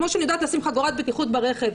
כמו שאני יודעת לשים חגורת בטיחות ברכב.